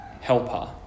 helper